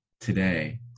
today